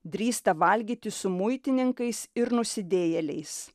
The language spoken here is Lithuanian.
drįsta valgyti su muitininkais ir nusidėjėliais